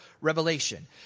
revelation